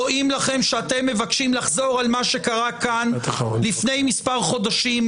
רואים לכם שאתם מבקשים לחזור על מה שקרה כאן לפני מספר חודשים,